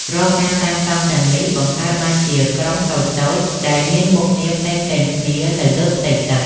រាល់ការសាងសង់ទាំងនេះ បង្កើតបានជាទីក្រុងតូចៗដែលមានមុខងារផ្សេងៗគ្នានៅលើផ្ទៃទឹក។